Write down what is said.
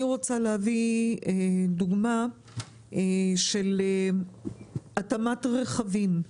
אני רוצה להביא דוגמה של התאמת רכבים.